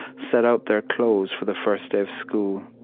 set out their clothes for the first day of school.